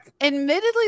Admittedly